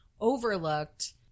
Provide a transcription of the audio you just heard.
overlooked